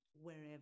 wherever